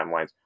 timelines